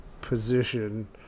position